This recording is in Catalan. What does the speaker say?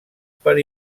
per